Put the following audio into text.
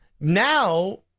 Now